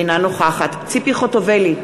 אינה נוכחת ציפי חוטובלי,